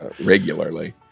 regularly